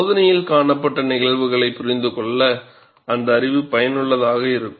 சோதனைகளில் காணப்பட்ட நிகழ்வுகளைப் புரிந்துகொள்ள அந்த அறிவு பயனுள்ளதாக இருக்கும்